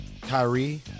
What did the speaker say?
Kyrie